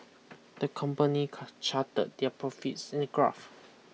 the company car charted their profits in a graph